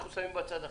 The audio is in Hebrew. אנחנו שמים בצד עכשיו.